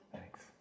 thanks